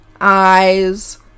eyes